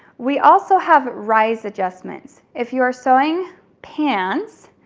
we also have rise adjustments. if you are sewing pants,